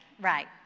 right